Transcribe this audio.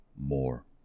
more